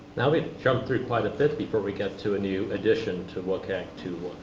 now we've jumped through quite a bit before we get to a new addition to wcag two